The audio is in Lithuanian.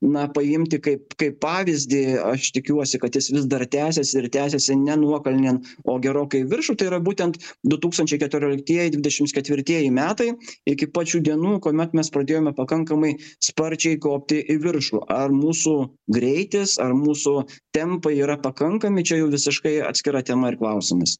na paimti kaip kaip pavyzdį aš tikiuosi kad jis vis dar tęsiasi ir tęsiasi ne nuokalnėn o gerokai į viršų tai yra būtent du tūkstančiai keturioliktieji dvidešims ketvirtieji metai iki pat šių dienų kuomet mes pradėjome pakankamai sparčiai kopti į viršų ar mūsų greitis ar mūsų tempai yra pakankami čia jau visiškai atskira tema ir klausimas